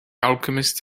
alchemist